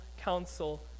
counsel